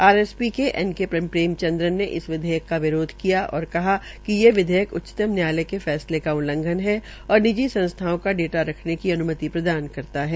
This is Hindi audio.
आर एस पी के एन के प्रेमचंद्रन ने इस विधेयक का विरोध किया और कहा कि यह विधेयक उच्चतम न्यायालय के फैसले का उल्लघंन है और निजी संस्थाओं का डाटा रखने की अन्मति प्रदान करता है